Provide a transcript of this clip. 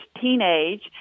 teenage